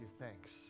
thanks